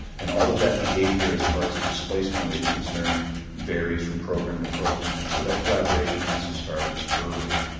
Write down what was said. and all of that behavior as far as a displacement wave's concerned varies from program to program, and so that collaboration has to start early.